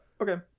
Okay